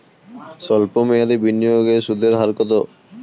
সল্প মেয়াদি বিনিয়োগের সুদের হার কত?